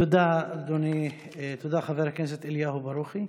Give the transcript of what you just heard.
תודה, חבר הכנסת אליהו ברוכי.